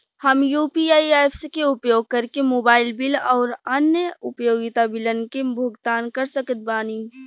हम UPI apps के उपयोग करके मोबाइल बिल आउर अन्य उपयोगिता बिलन के भुगतान कर सकत बानी